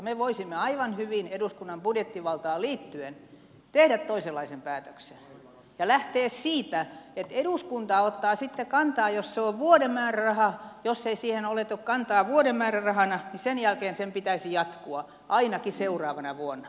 me voisimme aivan hyvin eduskunnan budjettivaltaan liittyen tehdä toisenlaisen päätöksen ja lähteä siitä että eduskunta ottaa sitten kantaa jos se on vuoden määräraha ja jos ei siihen oteta kantaa vuoden määrärahana niin sen jälkeen sen pitäisi jatkua ainakin seuraavana vuonna